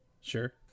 Sure